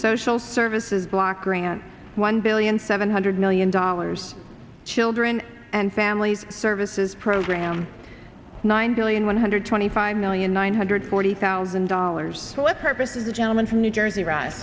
social services block grant one billion seven hundred million dollars children and families services program nine billion one hundred twenty five million one hundred forty thousand dollars so it's purpose is the gentleman from new jersey r